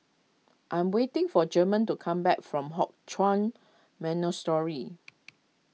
I'm waiting for German to come back from Hock Chuan Monastery